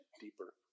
deeper